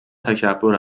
تکبر